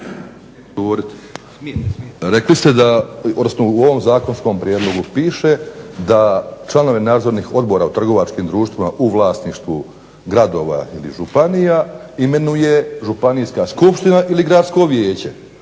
Rekli ste, odnosno u ovom zakonskom prijedlogu piše da članovi nadzornih odbora u trgovačkim društvima u vlasništvu gradova ili županija imenuje Županijska skupština ili Gradsko vijeće.